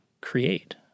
create